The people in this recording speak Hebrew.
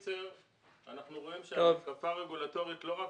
אנחנו רואים שהמתקפה הרגולטורית לא רק